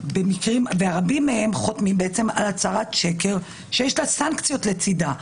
רבים מהם גם חותמים על הצהרת שקר שיש סנקציות פליליות לצדה.